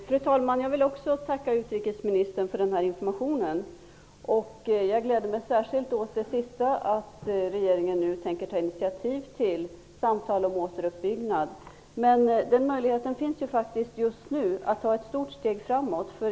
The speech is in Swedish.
Fru talman! Jag vill också tacka utrikesministern för den här informationen. Jag gläder mig särskilt över att regeringen nu tänker ta initiativ till samtal om återuppbyggnad. Just nu finns faktiskt möjligheten att ta ett stort steg framåt.